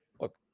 look